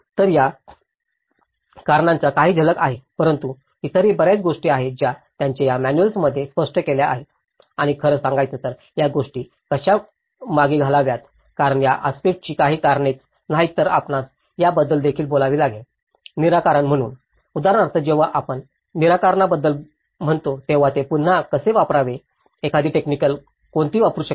तर या कारणांच्या काही झलक आहेत परंतु इतरही बर्याच गोष्टी आहेत ज्या त्याने या मॅनुअल्स मध्ये स्पष्ट केल्या आहेत आणि खरं सांगायचं तर या गोष्टी कशा मागे घ्याव्यात कारण या आस्पेक्टंची काही कारणेच नाहीत तर आपणास याबद्दल देखील बोलावे लागेल निराकरण म्हणून उदाहरणार्थ जेव्हा आपण निराकरणाबद्दल म्हणतो तेव्हा ते पुन्हा कसे वापरावे एखादी टेकनिक कोणती वापरू शकते